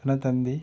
Dinathanthi